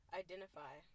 identify